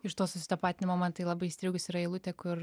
iš to susitapatinimo man tai labai įstrigus yra eilutė kur